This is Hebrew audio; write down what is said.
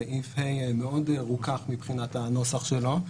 סעיף (ה) מאוד רוכך מבחינת הנוסח שלו.